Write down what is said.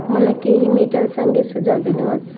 मलाई केही मेटल सङ्गीत सुझाउ दिनुहोस्